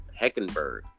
Heckenberg